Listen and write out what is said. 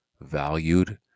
valued